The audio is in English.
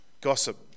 Gossip